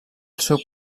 seu